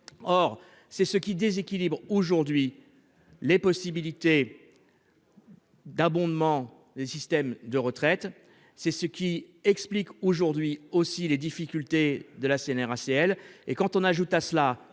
Or c'est ce qui déséquilibre aujourd'hui les possibilités. D'abondement. Les systèmes de retraite. C'est ce qui explique aujourd'hui aussi les difficultés de la Cnracl et quand on ajoute à cela